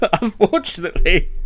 Unfortunately